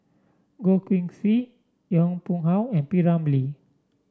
Goh Keng Swee Yong Pung How and P Ramlee